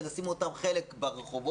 זה לשים אותם חלק ברחובות,